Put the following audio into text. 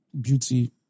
beauty